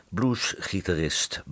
Bluesgitarist